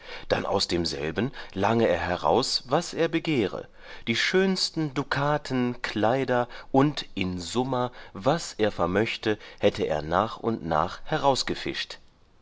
dann aus demselben lange er heraus was er begehre die schönste dukaten kleider und in summa was er vermöchte hätte er nach und nach